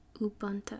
Ubuntu